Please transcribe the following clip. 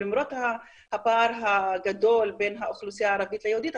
למרות הפער הגדול בין האוכלוסייה הערבית ליהודית,